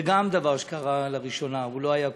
גם זה דבר שקרה לראשונה והוא לא היה קודם: